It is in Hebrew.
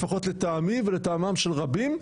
לפחות לטעמי ולטעמם של רבים,